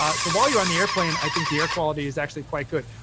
ah so while you're on the airplane, i think the air quality is actually quite good.